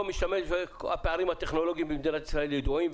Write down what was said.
הפערים הטכנולוגיים במדינת ישראל ידועים,